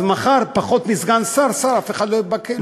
אז מחר פחות מסגן שר או שר אף אחד לא יקבל.